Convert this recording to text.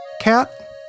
Cat